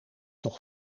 nog